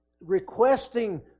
requesting